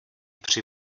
při